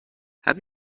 have